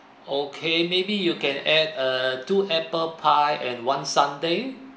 okay maybe you can add err two apple pie and one sundae